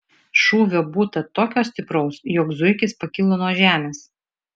šūvio būta tokio stipraus jog zuikis pakilo nuo žemės